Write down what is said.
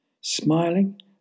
Smiling